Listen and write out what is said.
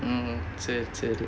mm சரி சரி:sari sari